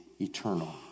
Eternal